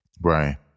Right